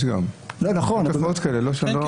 יש תופעות כאלה.